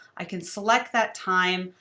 i can select that time.